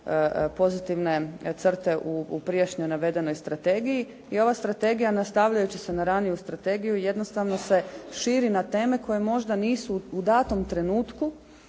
pozitivne crte navedene u onoj prijašnjoj strategija i ova Strategija nastavljajući se na raniju strategiju se širi na teme koje možda nisu u datom trenutku